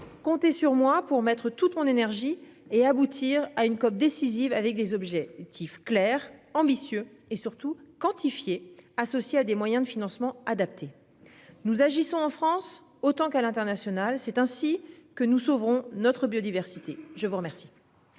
Comptez sur moi pour mettre toute mon énergie et aboutir à une COP décisive avec des objets. Clairs, ambitieux et surtout quantifier associée à des moyens de financement adaptés. Nous agissons en France autant qu'à l'international. C'est ainsi que nous sauverons notre biodiversité. Je vous remercie.--